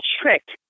tricked